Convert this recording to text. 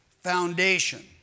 foundation